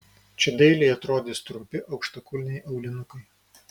čia dailiai atrodys trumpi aukštakulniai aulinukai